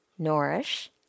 Nourish